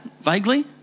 vaguely